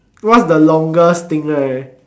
what's the longest thing right